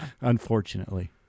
unfortunately